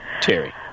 terry